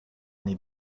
oni